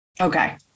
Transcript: Okay